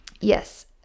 Yes